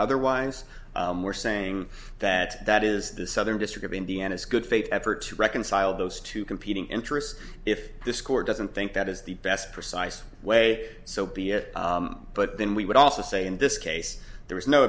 otherwise we're saying that that is the southern district of indiana's good faith effort to reconcile those two competing interests if this court doesn't think that is the best precise way so be it but then we would also say in this case there is no